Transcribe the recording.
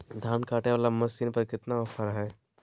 धान कटे बाला मसीन पर कितना ऑफर हाय?